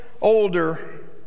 older